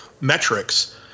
metrics